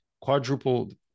quadrupled